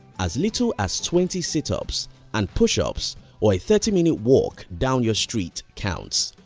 as little as twenty sit-ups and push-ups or a thirty minute walk down your street counts.